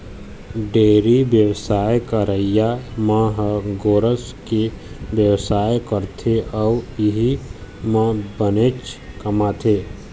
dairy बेवसाय करइया मन ह गोरस के बेवसाय करथे अउ इहीं म बनेच कमाथे